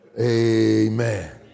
Amen